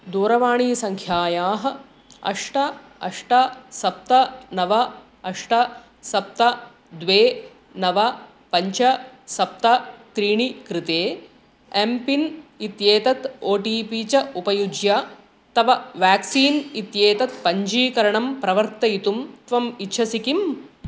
दूरवाणीसङ्ख्यायाः अष्ट अष्ट सप्त नव अष्ट सप्त द्वे नव पञ्च सप्त त्रीणि कृते एम् पिन् इत्येतत् ओ टि पि च उपयुज्य तव व्याक्सीन् इत्येतत् पञ्चीकरणं प्रवर्तयितुं त्वम् इच्छसि किम्